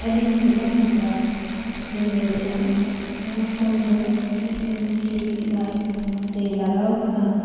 ᱟᱹᱞᱤᱧ ᱡᱚᱵᱟ ᱦᱟᱸᱥᱫᱟ ᱞᱤᱧ ᱨᱚᱲᱮᱜᱼᱟ ᱱᱚᱣᱟ ᱯᱷᱳᱱ ᱫᱚ P M K V Y ᱨᱮ ᱞᱟᱜᱟᱣ ᱟᱠᱟᱱᱟ